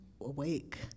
awake